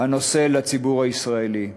הנושא לציבור הישראלי.